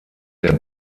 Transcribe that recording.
der